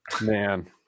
man